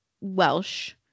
Welsh